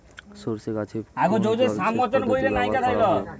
সরষে গাছে কোন জলসেচ পদ্ধতি ব্যবহার করা ভালো?